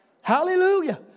Hallelujah